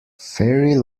fairy